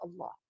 allah